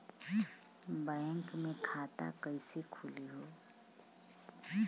Bank मे खाता कईसे खुली हो?